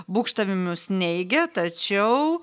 būgštavimus neigė tačiau